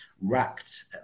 racked